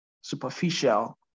superficial